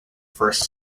first